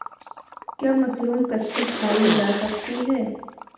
क्या मशरूम कच्ची खाई जा सकती है?